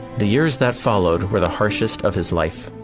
the years that followed were the harshest of his life,